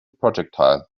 projectile